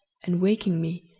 and, waking me,